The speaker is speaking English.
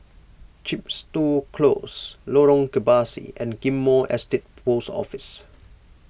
Chepstow Close Lorong Kebasi and Ghim Moh Estate Post Office